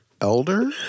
elder